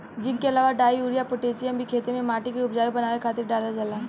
zinc के अलावा डाई, यूरिया, पोटैशियम भी खेते में माटी के उपजाऊ बनावे खातिर डालल जाला